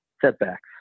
setbacks